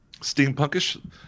steampunkish